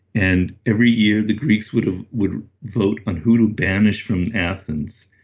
and every year the greeks would ah would vote on who to banish from athens,